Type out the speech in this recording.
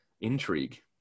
intrigue